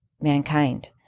mankind